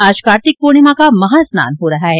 आज कार्तिक पूर्णिमा का महा स्नान हो रहा है